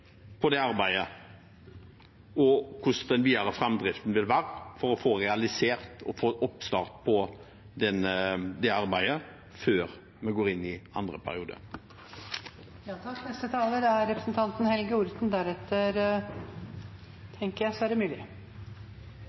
det arbeidet, og hvordan den videre framdriften vil være for å få realisert og få oppstart på det arbeidet før vi går inn i andre periode. Det er hyggelig at representanten